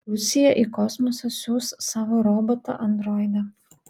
rusija į kosmosą siųs savo robotą androidą